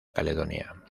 caledonia